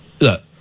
look